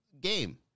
game